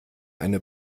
eine